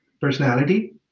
personality